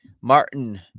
Martin